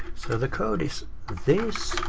so the code is this.